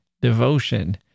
devotion